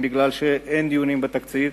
כי אין דיוני תקציב,